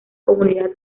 comunidad